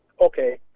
okay